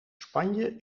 spanje